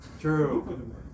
True